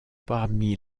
parmi